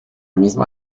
misma